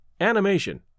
animation